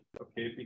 okay